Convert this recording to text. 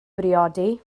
briodi